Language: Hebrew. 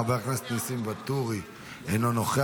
חבר הכנסת ניסים ואטורי, אינו נוכח.